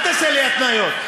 אל תעשה לי התניות.